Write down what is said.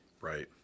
Right